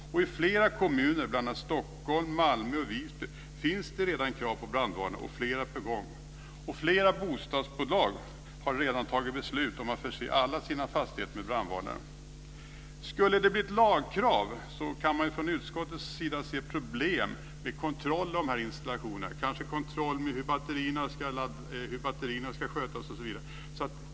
I flera kommuner, bl.a. Stockholm, Malmö och Visby, finns redan i dag krav på brandvarnare, och flera är på gång. Flera bostadsbolag har redan tagit beslut om att förse alla sina fastigheter med brandvarnare. Skulle det bli ett lagkrav ser man från utskottets sida problem med kontroll av installation, av hur batterierna ska skötas osv.